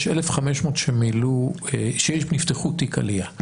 יש 1,500 שנפתח תיק עלייה,